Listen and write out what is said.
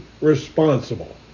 responsible